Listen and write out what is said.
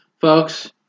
folks